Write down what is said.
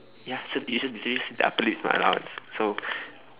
ya should be should be should be upper limit my allowance so